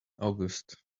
august